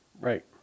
Right